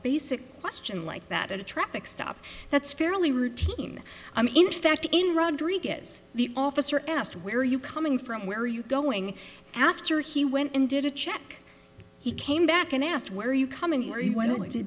basic question like that at a traffic stop that's fairly routine i mean in fact in rodriguez the officer asked where are you coming from where are you going after he went and did a check he came back and asked where you come in where he went